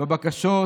בבקשות